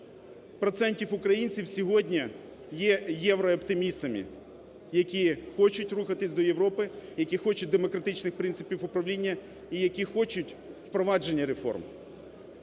процентів українців сьогодні є єврооптимістами, які хочу рухатися до Європи, які хочуть демократичних принципів управління і які хочуть впровадження реформ.